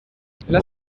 lassen